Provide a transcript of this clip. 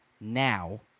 now